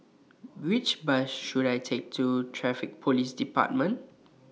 Which Bus should I Take to Traffic Police department